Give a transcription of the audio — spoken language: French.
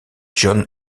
john